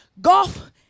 golf